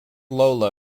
lola